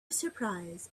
surprise